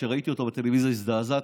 כשראיתי אותו בטלוויזיה הזדעזעתי,